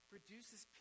produces